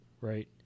right